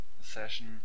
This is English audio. session